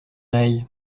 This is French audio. aille